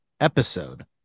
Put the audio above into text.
episode